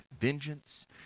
vengeance